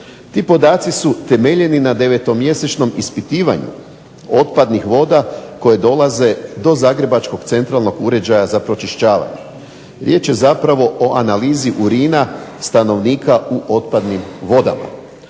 Ti podaci su temeljeni na 9-mjesečnom ispitivanju otpadnih voda koje dolaze do zagrebačkog centralnog uređaja za pročišćavanje. Riječ je zapravo o analizi urina stanovnika u otpadnim vodama.